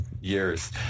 years